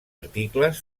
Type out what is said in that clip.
articles